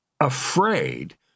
afraid